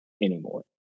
anymore